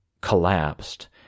collapsed